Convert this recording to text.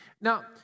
Now